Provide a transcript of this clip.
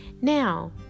now